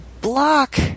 block